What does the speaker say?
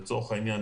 לצורך העניין,